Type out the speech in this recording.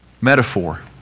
metaphor